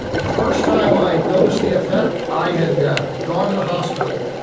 the first time i noticed the effect i had gone to the hospital,